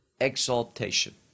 exaltation